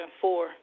four